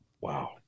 Wow